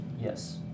Yes